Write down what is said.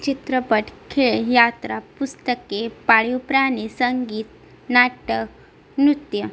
चित्रपट खेळ यात्रा पुस्तके पाळीव प्राणी संगीत नाटक नृत्य